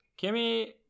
Kimmy